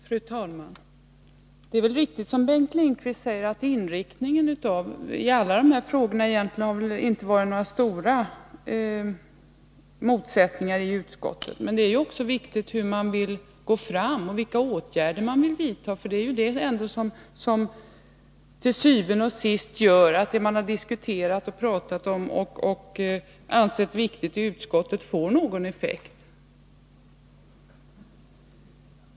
Fru talman! Det är riktigt som Bengt Lindqvist säger att det egentligen inte varit några stora motsättningar i utskottet när det gäller alla dessa frågor. Det är viktigt hur man går fram och vilka åtgärder man vill vidta, för det är det som til syvende og sidst gör att det man diskuterat och ansett viktigt i utskottet får någon effekt.